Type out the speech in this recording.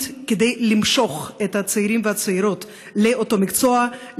כדי למשוך את הצעירים והצעירות לאותו מקצוע,